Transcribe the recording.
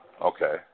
Okay